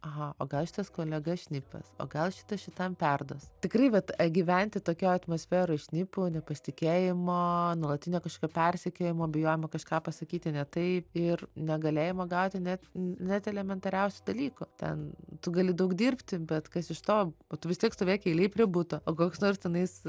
aha o gal šitas kolega šnipas o gal šitas šitam perduos tikrai vat gyventi tokioj atmosferoj šnipų nepasitikėjimo nuolatinio kažkokio persekiojimo bijojimo kažką pasakyti ne taip ir negalėjimo gauti net net elementariausių dalykų ten tu gali daug dirbti bet kas iš to o vis tiek stovėk eilėj prie buto o koks nors tenais